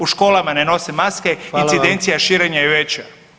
U školama ne nose maske, incidencija [[Upadica: Hvala vam.]] širenja je veća.